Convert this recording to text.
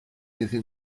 iddyn